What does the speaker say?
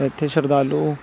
ਇੱਥੇ ਸ਼ਰਧਾਲੂ